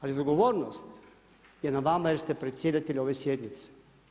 Ali odgovornost je na vama jer ste predsjedatelj ove sjednice.